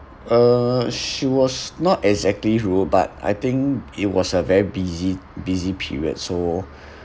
uh she was not exactly rude but I think it was a very busy busy period so